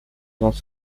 dans